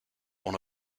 one